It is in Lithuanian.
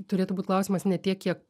turėtų būt klausimas ne tiek kiek